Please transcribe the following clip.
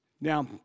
Now